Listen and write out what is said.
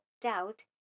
doubt